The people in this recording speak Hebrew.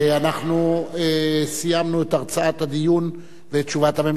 אנחנו סיימנו את הרצאת הדיון ואת תשובת הממשלה,